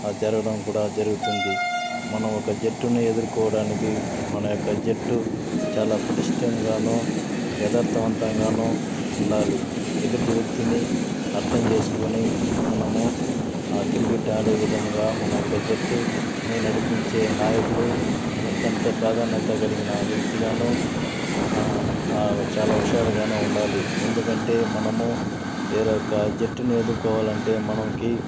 జరగడం కూడా జరుగుతుంది మనం ఒక జట్టును ఎదుర్కోవడానికి మన యొక్క జట్టు చాలా పటిష్టంగాను యదార్థవంతంగాను ఉండాలి ఎదుటి వ్యక్తిని అర్థం చేసుకుని మనము ఆ క్రికెట్ ఆడే విధముగా మన యొక్క జట్టు ను నడిపించే నాయకుడు అత్యంత ప్రాధాన్యత కలిగిన వ్యక్తిగాను చాలా హుషారుగాను ఉండాలి ఎందుకంటే మనము వేరే యొక్క జట్టును ఎదుర్కోవాలంటే మనకి